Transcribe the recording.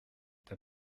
t’as